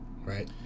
right